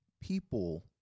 people